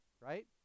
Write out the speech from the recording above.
right